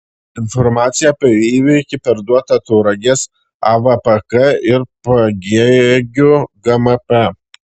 informacija apie įvykį perduota tauragės avpk ir pagėgių gmp